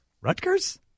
Rutgers